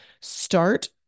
start